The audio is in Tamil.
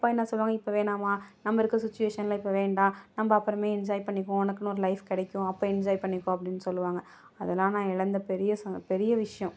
அப்பா என்ன சொல்லுவாங்க இப்போ வேணாம்மா நம்ம இருக்கிற சுட்சிவேஷனில் இப்போ வேண்டாம் நம்ம அப்புறமே என்ஜாய் பண்ணிப்போம் உனக்கெனு ஒரு லைப் கிடைக்கும் அப்போ என்ஜாய் பண்ணிக்கோ அப்படினு சொல்வாங்க அதெலாம் நான் இழந்த பெரிய சந் பெரிய விஷயம்